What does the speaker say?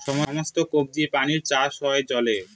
সমস্ত কবজি প্রাণীর চাষ হয় জলে